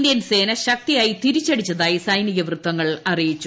Indian സേന ശക്തിയായി തിരിച്ചടിച്ചത്ായി സൈനിക വൃത്തങ്ങൾ അറിയിച്ചു